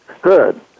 good